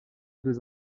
deux